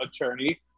attorney